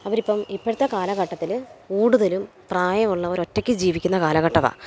അവരിപ്പം ഇപ്പോഴത്തെ കാലഘട്ടത്തിൽ കൂടുതലും പ്രായമുള്ളവർ ഒറ്റയ്ക്ക് ജീവിക്കുന്ന കാലഘട്ടമാണ്